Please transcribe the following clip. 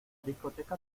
discoteca